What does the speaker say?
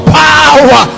power